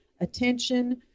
attention